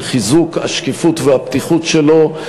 של חיזוק השקיפות והפתיחות שלו,